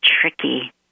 tricky